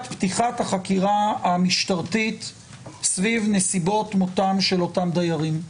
פתיחת החקירה המשטרתית סביב נסיבות מותם של אותם דיירים.